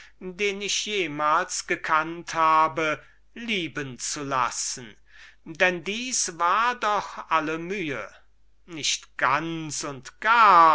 den ich jemals gekannt habe lieben zu lassen denn das war doch alle mühe nicht ganz und gar